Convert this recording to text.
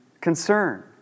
concern